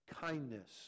kindness